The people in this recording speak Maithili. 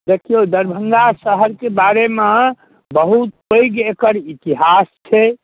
देखिऔ दरभङ्गा शहरके बारेमे बहुत पैघ एकर इतिहास छै